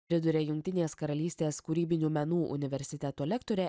priduria jungtinės karalystės kūrybinių menų universiteto lektorė